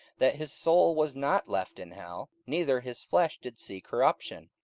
that his soul was not left in hell, neither his flesh did see corruption.